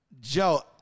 Joe